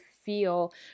feel